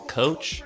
coach